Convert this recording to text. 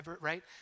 right